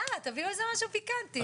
יאללה תביא איזה משהו פיקנטי.